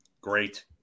Great